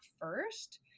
first